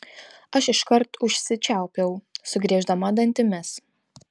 aš iškart užsičiaupiau sugrieždama dantimis